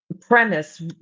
premise